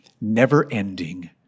never-ending